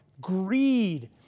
greed